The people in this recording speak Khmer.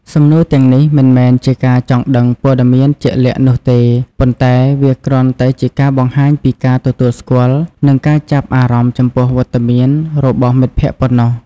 សំណួរទាំងនេះមិនមែនជាការចង់ដឹងព័ត៌មានជាក់លាក់នោះទេ ប៉ុន្តែវាគ្រាន់តែជាការបង្ហាញពីការទទួលស្គាល់និងការចាប់អារម្មណ៍ចំពោះវត្តមានរបស់មិត្តភក្តិប៉ុណ្ណោះ។